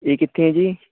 ਇਹ ਕਿੱਥੇ ਹੈ ਜੀ